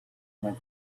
with